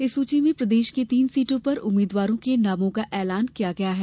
इस सुची में प्रदेश की तीन सीटों पर उम्मीदवारों के नामों का ऐलान किया गया है